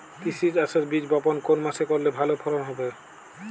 তিসি চাষের বীজ বপন কোন মাসে করলে ভালো ফলন হবে?